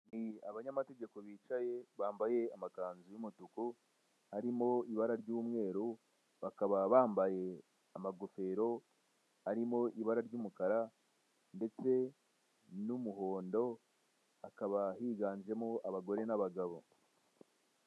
Abanyamategeko bicaye bambaye amakanzu y'umutuku arimo ibara ry'umweru bakaba bambaye amagofero arimo ibara ry'umukara ndetse n'umuhondo hakaba higanjemo abagore n'abagabo.